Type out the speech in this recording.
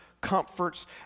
comforts